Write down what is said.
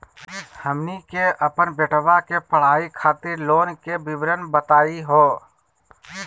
हमनी के अपन बेटवा के पढाई खातीर लोन के विवरण बताही हो?